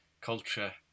culture